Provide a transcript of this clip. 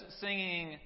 singing